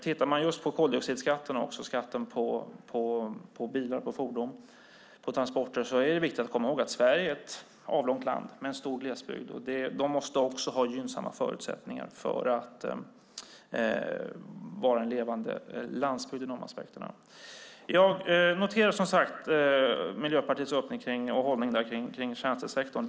Tittar man på koldioxidskatterna och skatten på bilar, fordon och transporter är det viktigt att komma ihåg att Sverige är ett avlångt land med en stor glesbygd. Den måste också ha gynnsamma förutsättningar för att kunna vara en levande landsbygd sett till dessa aspekter. Jag noterar Miljöpartiets öppning och hållning till tjänstesektorn.